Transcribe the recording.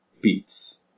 beats